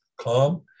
calm